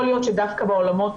יכול להיות שדווקא בעולמות,